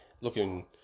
Looking